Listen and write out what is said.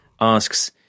asks